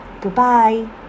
Goodbye